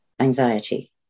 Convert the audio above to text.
anxiety